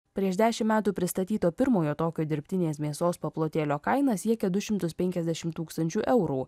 prieš dešim metų pristatyto pirmojo tokio dirbtinės mėsos paplotėlio kaina siekia du šimtus penkiasdešim tūkstančių eurų